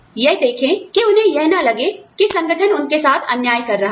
यह देखें कि उन्हें यह ना लगे कि संगठन उनके साथ अन्याय कर रहा है